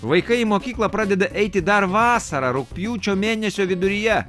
vaikai į mokyklą pradeda eiti dar vasarą rugpjūčio mėnesio viduryje